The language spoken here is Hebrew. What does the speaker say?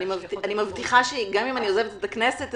אני מבטיחה שגם אם אני עוזבת את הכנסת,